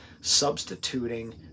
substituting